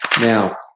now